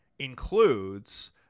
includes